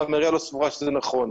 גם העירייה לא סבורה שזה נכון.